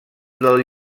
del